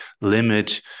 limit